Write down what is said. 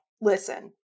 listen